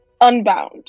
unbound